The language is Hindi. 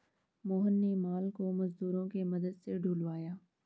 मोहन ने माल को मजदूरों के मदद से ढूलवाया